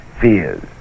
fears